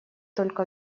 только